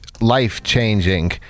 life-changing